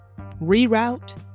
reroute